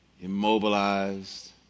Immobilized